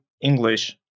English